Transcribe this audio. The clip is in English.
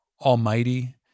almighty